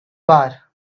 bar